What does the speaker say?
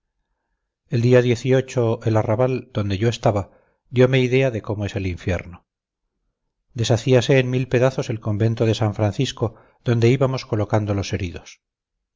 el día el arrabal donde yo estaba diome idea de cómo es el infierno deshacíase en mil pedazos el convento de san francisco donde íbamos colocando los heridos